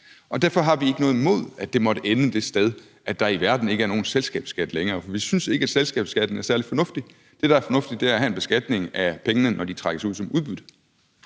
Derfor har vi ikke noget imod, at det måtte ende det sted, at der ikke er nogen selskabsskat i verden længere, for vi synes ikke, at selskabsskatten er særlig fornuftig. Det, der er fornuftigt, er at have en beskatning af pengene, når de trækkes ud som udbytte.